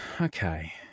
okay